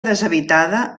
deshabitada